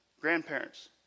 grandparents